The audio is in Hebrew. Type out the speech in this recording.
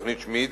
תוכנית שמיד.